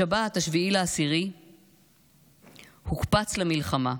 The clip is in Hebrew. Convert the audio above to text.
בשבת 7 באוקטובר הוקפץ למלחמה.